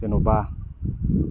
जेनेबा